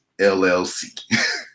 LLC